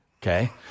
Okay